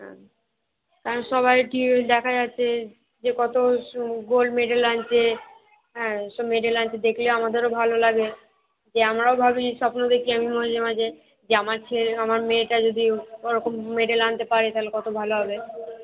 হ্যাঁ কারণ সবাই কী ওই দেখা যাচ্ছে যে কত কিছু গোল্ড মেডেল আনছে হ্যাঁ সব মেডেল আনছে দেখলে আমাদেরও ভালো লাগে যে আমরাও ভাবি স্বপ্ন দেখি আমি মাঝে মাঝে যে আমার ছেলে আমার মেয়েটা যদি ও ওরকম মেডেল আনতে পারে তাহলে কত ভালো হবে